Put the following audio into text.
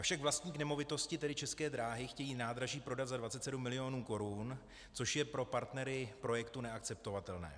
Avšak vlastník nemovitosti, tedy České dráhy, chce nádraží prodat za 27 mil. korun, což je pro partnery projektu neakceptovatelné.